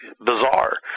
bizarre